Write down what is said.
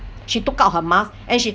she took out her mask and she